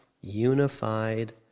unified